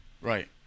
Right